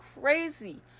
crazy